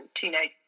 teenage